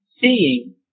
seeing